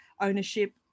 ownership